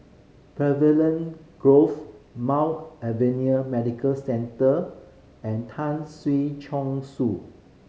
Pavilion Grove Mount Alvernia Medical Centre and Tan Si Chong Su